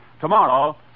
Tomorrow